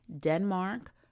Denmark